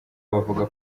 bavuga